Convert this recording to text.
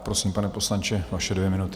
Prosím, pane poslanče, vaše dvě minuty.